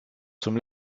zum